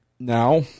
Now